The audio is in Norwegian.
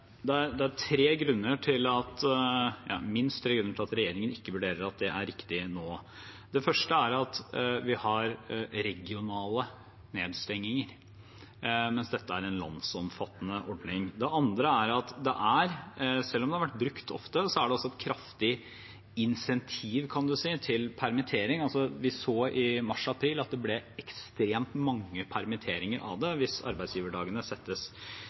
Det er tre grunner – minst tre grunner – til at regjeringen ikke vurderer at det er riktig nå. Den første er at vi har regionale nedstenginger, mens dette er en landsomfattende ordning. Den andre er at selv om det har vært brukt ofte, er det et kraftig insentiv, kan man si, til permittering. Vi så i mars-april at det blir ekstremt mange permitteringer av det hvis arbeidsgiverdagene settes